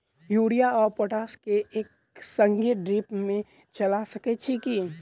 Urea आ potash केँ एक संगे ड्रिप मे चला सकैत छी की?